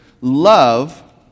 love